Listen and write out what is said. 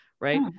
right